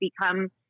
become